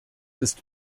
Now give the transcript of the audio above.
ist